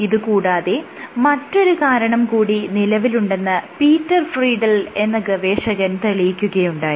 ഇത് കൂടാതെ മറ്റൊരു കാരണം കൂടി നിലവിലുണ്ടെന്ന് പീറ്റർ ഫ്രീഡൽ എന്ന ഗവേഷകൻ തെളിയിക്കുകയുണ്ടായി